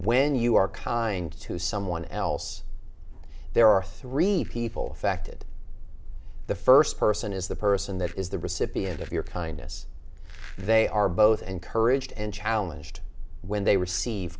when you are kind to someone else there are three people affected the first person is the person that is the recipient of your kindness they are both encouraged and challenged when they receive